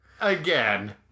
again